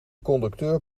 conducteur